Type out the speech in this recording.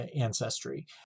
ancestry